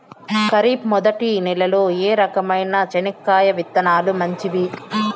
ఖరీఫ్ మొదటి నెల లో ఏ రకమైన చెనక్కాయ విత్తనాలు మంచివి